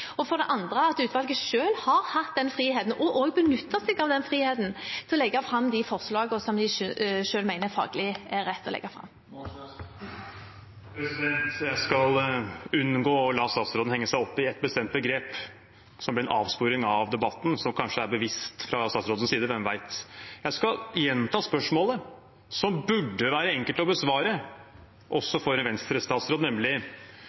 For det andre: Utvalget har selv hatt frihet – og de har også benyttet seg av den friheten – til å legge fram de forslagene de selv mener det er faglig rett å legge fram. Jeg skal unngå å la statsråden henge seg opp i ett bestemt begrep, som en avsporing av debatten, som kanskje er bevisst fra statsrådens side – hvem vet? Jeg skal gjenta spørsmålet, som burde være enkelt å besvare,